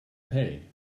pay